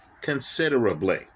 considerably